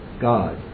God